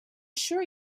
sure